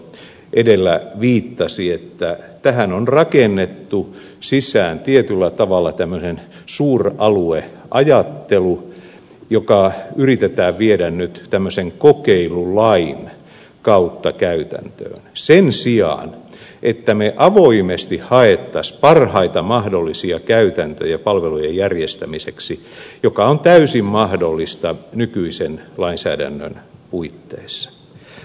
sihto edellä viittasi että tähän on rakennettu sisään tietyllä tavalla tämmöinen suuralueajattelu joka yritetään viedä nyt tämmöisen kokeilulain kautta käytäntöön sen sijaan että me avoimesti hakisimme parhaita mahdollisia käytäntöjä palvelujen järjestämiseksi mikä on täysin mahdollista nykyisen lainsäädännön puitteissa